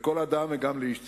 לכל אדם וגם לאיש ציבור.